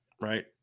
right